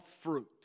fruit